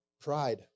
pride